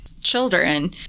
children